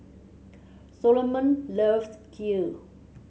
Solomon loves Kheer